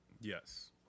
Yes